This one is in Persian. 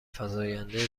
فزاینده